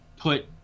put